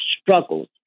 struggles